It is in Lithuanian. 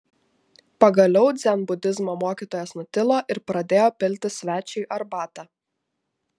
pagaliau dzenbudizmo mokytojas nutilo ir pradėjo pilti svečiui arbatą